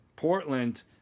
Portland